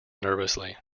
nervously